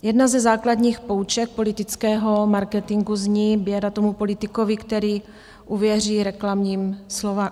Jedna ze základních pouček politického marketingu zní běda tomu politikovi, který uvěří reklamním sloganům.